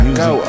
go